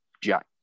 jack